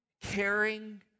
caring